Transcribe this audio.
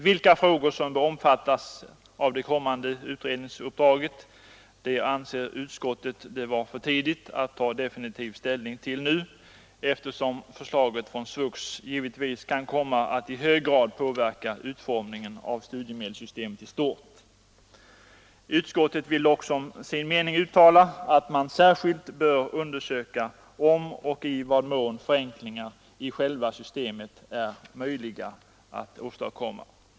Utskottet anser dock att det är för tidigt att ta definitiv ställning till vilka frågor som bör omfattas av det kommande utredningsuppdraget. Förslaget från SVUX kan komma att i hög grad påverka utformningen av studiemedelssystemet i stort. Utskottet vill också som sin mening uttala att man särskilt bör undersöka om och i vad mån förenklingar i själva systemet är möjliga att åstadkomma.